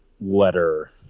letter